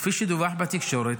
וכפי שדווח בתקשורת,